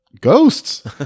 ghosts